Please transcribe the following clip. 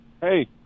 Hey